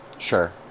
sure